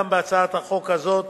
גם בהצעת החוק הזאת